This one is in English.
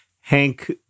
Hank